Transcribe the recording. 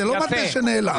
זה לא מטה שנעלם.